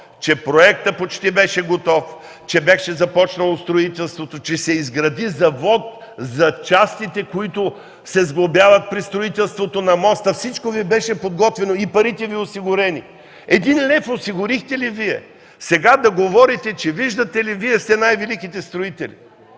че проектът беше готов, че беше започнало строителството, че се изгради Завод за частите, които се сглобяват при строителството на моста. Всичко Ви беше подготвено и парите – осигурени. Един лев осигурихте ли Вие? А сега да говорите, че Вие сте най-големите строители!